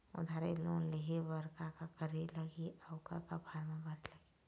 उधारी लोन लेहे बर का का करे लगही अऊ का का फार्म भरे लगही?